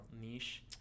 niche